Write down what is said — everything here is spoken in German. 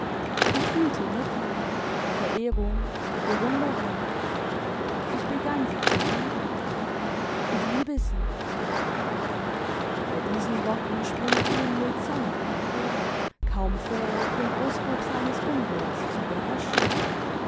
ich fühlte mitleid verehrung bewunderung ich begann sie zu lieben ich liebe sie bei diesen worten springt emil zornig empor kaum fähig den ausbruch seines unwillens zu beherrschen